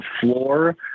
floor